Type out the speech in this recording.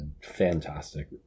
fantastic